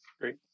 Great